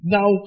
Now